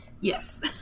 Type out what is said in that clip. Yes